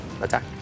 attack